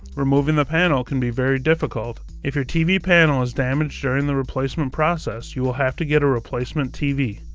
removing the panel can be very difficult. if your tv panel was damaged during the replacement process, you will have to get a replacement tv.